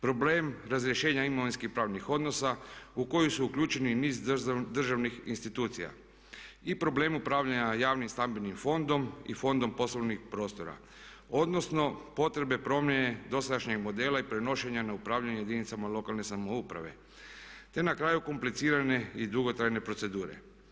Problem razrješenja imovinsko pravnih odnosa u kojoj su uključeni niz državnih institucija i problem upravljanja javnim stambenim fondom i fondom poslovnih prostora odnosno potrebe promjene dosadašnjeg modela i prenošenja na upravljanje jedinicama lokalne samouprave, te na kraju komplicirane i dugotrajne procedure.